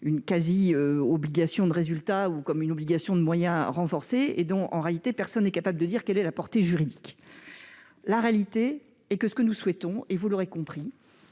une quasi-obligation de résultat, tantôt comme une obligation de moyens renforcée, et dont en réalité personne n'est capable de dire quelle est la portée juridique. Ce que nous souhaitons, vous l'aurez compris,